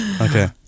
okay